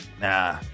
Nah